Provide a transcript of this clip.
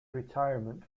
retirement